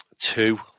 Two